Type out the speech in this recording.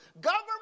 government